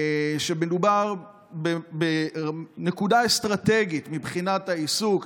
שמדובר בנקודה אסטרטגית מבחינת העיסוק,